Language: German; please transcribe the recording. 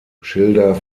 schilder